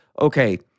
Okay